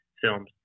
films